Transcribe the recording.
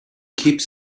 keeps